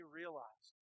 realized